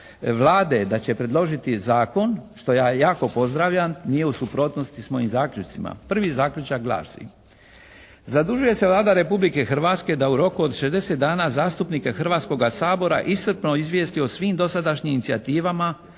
Vlade da će predložiti zakon što ja jako pozdravljam nije u suprotnosti s mojim zaključcima. Prvi zaključak glasi: "zadužuje se Vlada Republike Hrvatske da u roku od 60 dana zastupnike Hrvatskoga sabora iscrpno izvijesti o svim dosadašnjim inicijativama